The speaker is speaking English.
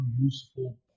useful